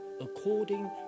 according